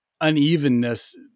unevenness